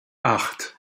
acht